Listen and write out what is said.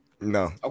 no